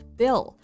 bill